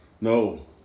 No